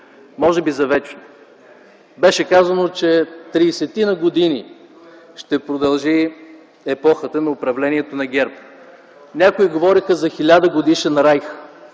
може би за вечно. Беше казано, че 30-ина години ще продължи епохата на управлението на ГЕРБ. Някои говореха за хиляда годишен райх,